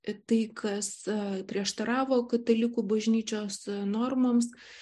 tai kas prieštaravo katalikų bažnyčios normoms